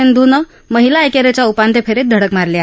सिंधूनं महिला एकेरीच्या उपान्त्य फेरीत धडक मारली आहे